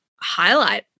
highlight